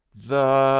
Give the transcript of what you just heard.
the